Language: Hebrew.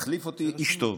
מחליף אותי איש טוב,